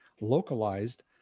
localized